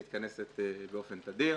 הוועדה לחיוב אישי מתכנסת באופן סדיר.